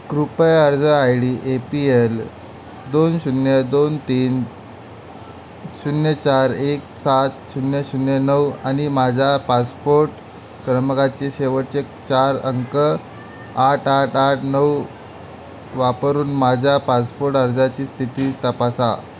कृपया अर्ज I D A P L दोन शून्य दोन तीन शून्य चार एक सात शून्य शून्य नऊ आणि माझा पासपोट क्रमांकाचे शेवटचे चार अंक आठ आठ आठ नऊ वापरून माझ्या पासपोट अर्जाची स्थिती तपासा